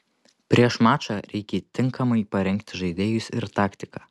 prieš mačą reikia tinkamai parengti žaidėjus ir taktiką